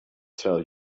tell